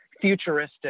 futuristic